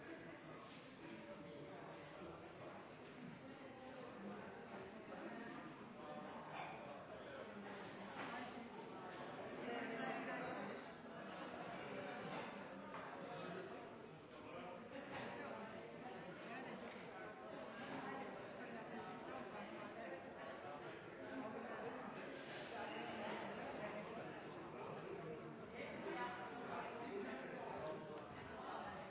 tider. Så har man altså